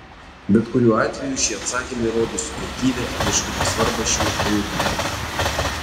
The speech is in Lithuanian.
bet kuriuo atveju šie atsakymai rodo subjektyvią etniškumo svarbą šių žmonių gyvenime